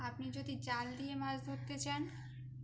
আপনি যদি জাল দিয়ে মাছ ধরতে চান